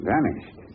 Vanished